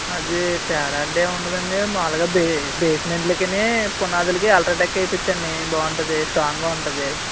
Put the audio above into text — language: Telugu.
అది తేడా అంటూ ఏం ఉండదండి మామూలుగా బే బేస్మెంట్లకీ పునాదులకీ అల్ట్రాటెక్ వేయించండి బాగుంటుంది స్ట్రాంగ్గా ఉంటుంది